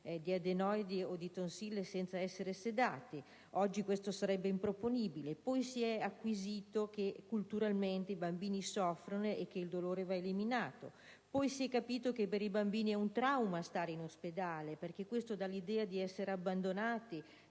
di adenoidi o di tonsille senza essere sedati? Oggi questo sarebbe improponibile. Poi si è acquisito che culturalmente i bambini soffrono e che il dolore va eliminato. Poi si è capito che per i bambini è un trauma stare in ospedale perché questo dà l'idea di essere abbandonati